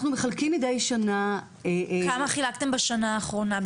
אנחנו מחלקים מדי שנה --- כמה חילקתם בשנה האחרונה,